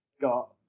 got